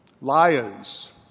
liars